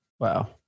Wow